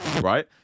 right